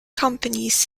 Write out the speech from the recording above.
companies